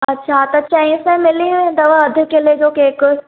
अच्छा त चएं सै मिली वेंदव अधु कीले जो केक